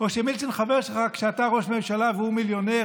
או שמילצ'ן חבר שלך כשאתה ראש ממשלה והוא מיליונר